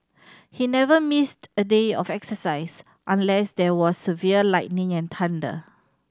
he never missed a day of exercise unless there was severe lightning and thunder